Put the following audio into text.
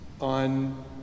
On